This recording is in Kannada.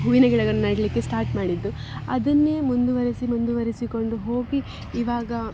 ಹೂವಿನ ಗಿಡಗಳನ್ನು ನೆಡಲಿಕ್ಕೆ ಸ್ಟಾರ್ಟ್ ಮಾಡಿದ್ದು ಅದನ್ನೇ ಮುಂದುವರೆಸಿ ಮುಂದುವರೆಸಿಕೊಂಡು ಹೋಗಿ ಇವಾಗ